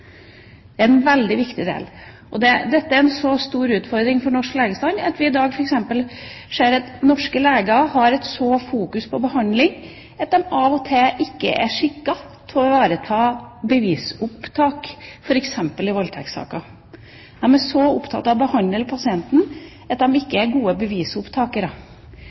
en veldig viktig del. Dette er en stor utfordring for den norske legestanden. Vi ser i dag at norske leger har så fokus på behandling at de av og til ikke er skikket til å ivareta bevisopptak, f.eks. i voldtektssaker. De er så opptatt av å behandle pasienten at de ikke er gode bevisopptakere.